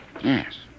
Yes